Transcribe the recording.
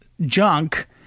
junk